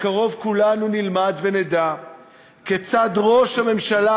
בקרוב כולנו נלמד ונדע כיצד ראש הממשלה